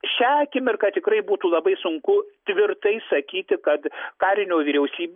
šią akimirką tikrai būtų labai sunku tvirtai sakyti kad karinio vyriausyb